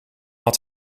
had